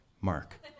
Mark